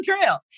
Trail